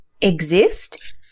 exist